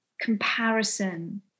comparison